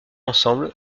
ensemble